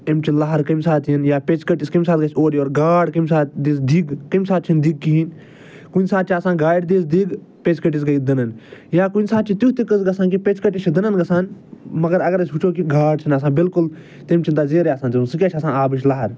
اَمچہِ لہرٕ کَمہِ ساتہٕ یِنۍ یا پیٚژِ کٔٹِس کَمہِ ساتہٕ گَژھِ اورٕ یور گاڈ کَمہِ ساتہٕ دِژ دِگ کَمہِ ساتہٕ چھِنہٕ دِگ کِہیٖنۍ کُنہِ ساتہٕ چھِ آسان گاڈِ دِژ دِگ پیٚژِ کٔٹِس گٔے دٕنَن یا کُنہِ ساتہٕ چھُ تیُتھ تہِ قٕصہٕ گَژھان کہِ پیٚژِ کٔٹِس چھِ دٕنَن گَژھان مگر اگر أسۍ وٕچھو کہِ گاڈ چھِنہٕ آسان بلکُل تَمہِ چھِنہٕ تَتھ زیٖرٕے آسن سُہ کیٛاہ چھِ آسان آبٕچ لَہر